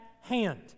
hand